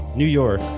new york,